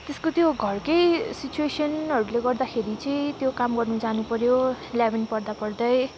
त्यसको त्यो घरकै सिचुवेसनहरूले गर्दाखेरि चाहिँ त्यो काम गर्नु जानु पऱ्यो इलेभेन पढ्दा पढ्दै